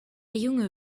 junge